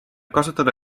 kasutada